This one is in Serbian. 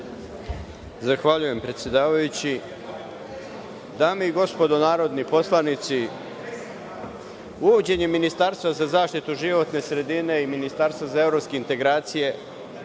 Zahvaljujem, predsedavajući. Dame i gospodo narodni poslanici, uvođenjem ministarstva za zaštitu životne sredine i ministarstva za evropske integracije,